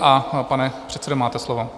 A pane předsedo, máte slovo.